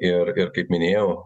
ir ir kaip minėjau